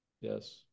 Yes